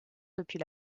depuis